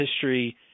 history